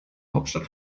hauptstadt